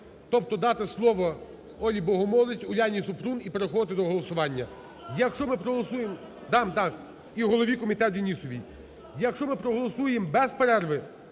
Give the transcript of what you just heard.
тобто дати слово Ользі Богомолець, Уляні Супрун, і переходити до голосування. Якщо ми проголосуємо… (Шум